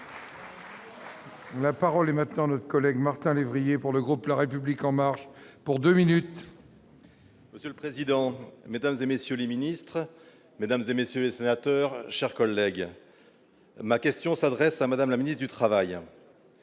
La parole est maintenant notre collègue Martin lévrier pour le groupe, la République en marche pour 2 minutes. Monsieur le président, Mesdames et messieurs les ministres, mesdames et messieurs les sénateurs, chers collègues, ma question s'adresse à Madame la ministre du Travail,